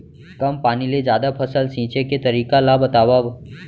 कम पानी ले जादा फसल सींचे के तरीका ला बतावव?